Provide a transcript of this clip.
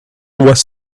was